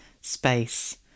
space